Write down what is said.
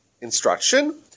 instruction